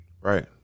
Right